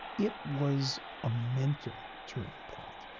it was a mental turning point.